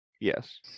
Yes